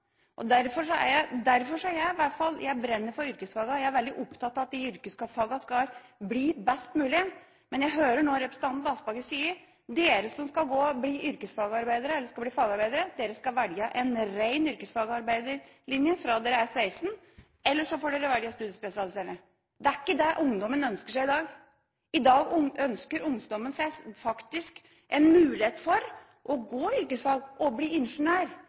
Jeg brenner for yrkesfagene. Jeg er veldig opptatt av at yrkesfagene skal bli best mulig, men jeg hørte nå representanten Aspaker si: Dere som skal bli fagarbeidere, skal velge en ren yrkesfaglinje når dere er 16, eller så får dere velge studiespesialisering. Det er ikke det ungdommen ønsker seg i dag. I dag ønsker ungdommen seg mulighet til å gå yrkesfag og å bli ingeniør.